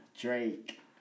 Drake